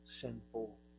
sinful